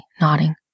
nodding